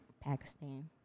Pakistan